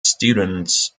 students